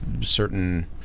certain